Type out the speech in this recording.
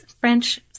French